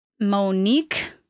Monique